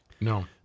No